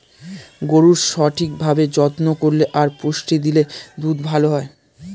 গরুর সঠিক ভাবে যত্ন করলে আর পুষ্টি দিলে দুধ ভালো হয়